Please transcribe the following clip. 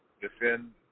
defend